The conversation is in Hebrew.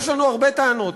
יש לנו הרבה טענות,